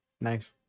Nice